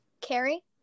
Carrie